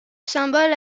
symbole